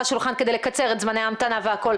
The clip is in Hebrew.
השולחן כדי לקצר את זמני ההמתנה והכול,